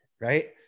right